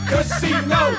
Casino